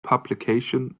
publication